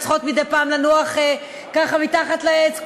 וצריכות מדי פעם לנוח ככה מתחת לעץ,